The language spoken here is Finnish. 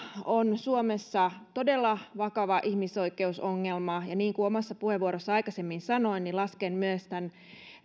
on suomessa todella vakava ihmisoikeusongelma ja niin kuin omassa puheenvuorossani aikaisemmin sanoin lasken myös